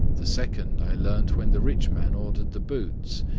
the second i learnt when the rich man ordered the boots,